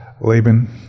Laban